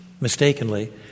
mistakenly